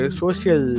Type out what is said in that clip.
social